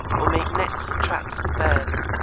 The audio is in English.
or make nets or traps for birds